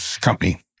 company